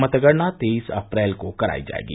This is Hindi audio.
मतगणना तेईस अप्रैल को कराई जायेगी